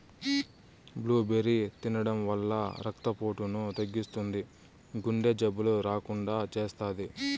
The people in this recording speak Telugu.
బ్లూబెర్రీ తినడం వల్ల రక్త పోటును తగ్గిస్తుంది, గుండె జబ్బులు రాకుండా చేస్తాది